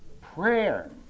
Prayer